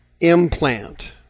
implant